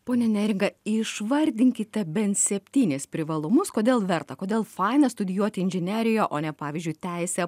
ponia neringa išvardinkite bent septynis privalumus kodėl verta kodėl faina studijuoti inžineriją o ne pavyzdžiui teisę